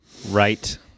Right